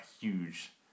huge